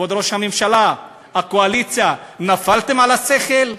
כבוד ראש הממשלה, הקואליציה, נפלתם על השכל?